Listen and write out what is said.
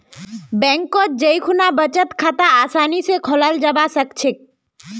बैंकत जै खुना बचत खाता आसानी स खोलाल जाबा सखछेक